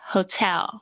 Hotel